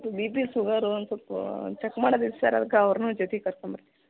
B P sugar ಒಂದು ಸ್ವಲ್ಪ check ಮಾಡೋದಿದೆ ಸರ್ ಅದಕ್ಕೆ ಅವ್ರನ್ನೂ ಜೊತೆಗೆ ಕರ್ಕೊಂಡ್ಬರ್ತಿ